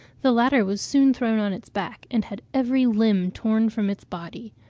the latter was soon thrown on its back, and had every limb torn from its body.